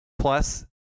plus